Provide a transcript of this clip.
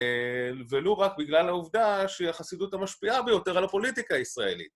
ולא רק בגלל העובדה שהיא החסידות המשפיעה ביותר על הפוליטיקה הישראלית.